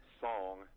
song